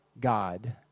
God